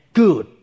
good